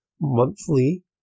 monthly